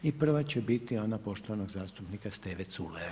I prva će biti ona poštovanog zastupnika Steve Culeja.